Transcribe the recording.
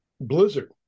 blizzard